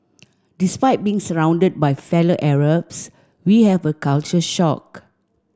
despite being surrounded by fellow Arabs we had a culture shock